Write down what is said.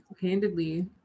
candidly